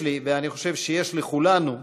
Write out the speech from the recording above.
יש לי, ואני חושב שיש לכולנו,